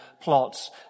plots